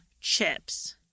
chips